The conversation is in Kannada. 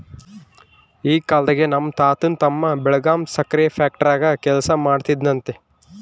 ಆ ಕಾಲ್ದಾಗೆ ನಮ್ ತಾತನ್ ತಮ್ಮ ಬೆಳಗಾಂ ಸಕ್ರೆ ಫ್ಯಾಕ್ಟರಾಗ ಕೆಲಸ ಮಾಡ್ತಿದ್ನಂತೆ